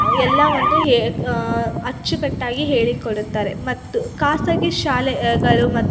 ಎಲ್ಲವನ್ನು ಹೇ ಅಚ್ಚುಕಟ್ಟಾಗಿ ಹೇಳಿಕೊಡುತ್ತಾರೆ ಮತ್ತು ಖಾಸಗಿ ಶಾಲೆ ಗಳು ಮತ್ತು